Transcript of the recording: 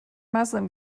muslim